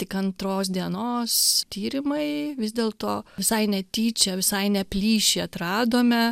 tik antros dienos tyrimai vis dėlto visai netyčia visai ne plyšį atradome